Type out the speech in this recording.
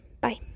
Bye